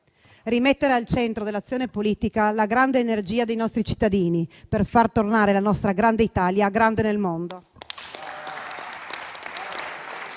rimettere al centro dell'azione politica la grande energia dei nostri cittadini, per far tornare la nostra grande Italia grande nel mondo.